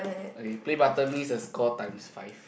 okay play button means the score times five